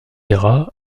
albert